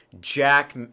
Jack